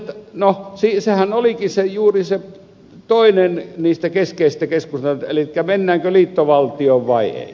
no sehän olikin juuri se toinen niistä keskeisistä keskusteluista elikkä mennäänkö liittovaltioon vai ei